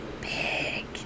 big